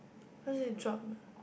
where is drug